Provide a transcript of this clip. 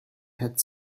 had